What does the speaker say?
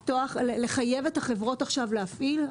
לחייב את החברות עכשיו להפעיל.